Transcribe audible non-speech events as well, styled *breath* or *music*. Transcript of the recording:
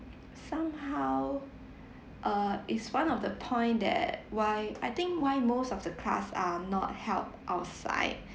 somehow err is one of the point that why I think why most of the class are not held outside *breath*